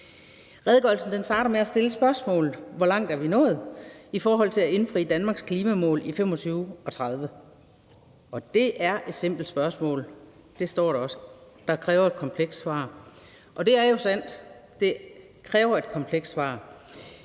Redegørelsen starter med at stille spørgsmålet: Hvor langt er vi nået i forhold til at indfri Danmarks klimamål i 2025 og 2030? Det er et simpelt spørgsmål – det står der også – der kræver et komplekst svar. Og det er jo sandt, at det kræver et komplekst svar;